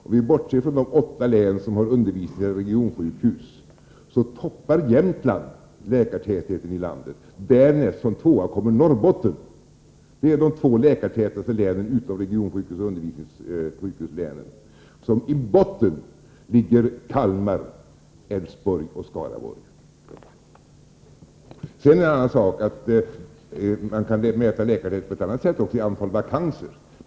Om vi bortser från de åtta län som har undervisningseller regionsjukhus så toppar Jämtland läkartätheten i landet, därnäst kommer Norrbotten. Det är de två läkartätaste länen utom regionoch undervisningssjukhuslänen. I botten ligger Kalmar, Älvsborgs och Skaraborgs län. Sedan är det en annan sak att man kan mäta läkartäthet på ett annat sätt också, nämligen i antalet vakanser.